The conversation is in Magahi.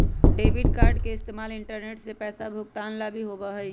डेबिट कार्ड के इस्तेमाल इंटरनेट से पैसा भुगतान ला भी होबा हई